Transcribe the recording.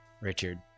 Richard